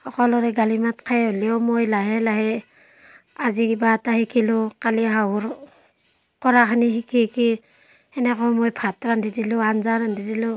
সকলোৰে গালি মাত খাই হ'লেও মই লাহে লাহে আজি কিবা এটা শিকিলোঁ কালি শাহুৰ কৰাখিনি শিকি শিকি এনেকৈও মই ভাত ৰান্ধি দিলোঁ আঞ্জা ৰান্ধি দিলোঁ